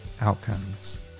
Outcomes